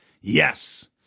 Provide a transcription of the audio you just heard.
yes